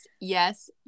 yes